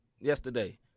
yesterday